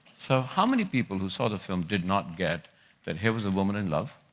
so how many people who saw the film did not get that here was a woman in love,